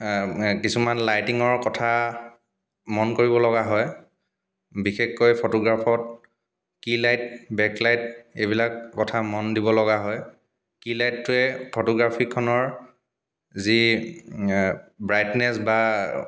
কিছুমান লাইটিঙৰ কথা মন কৰিবলগা হয় বিশেষকৈ ফটোগ্ৰাফত কি লাইট বেকলাইট এইবিলাক কথা মন দিব লগা হয় কি লাইটটোৱে ফটোগ্ৰাফীখনৰ যি ব্ৰাইটনেছ বা